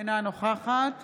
אינה נוכחת